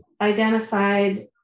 identified